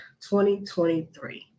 2023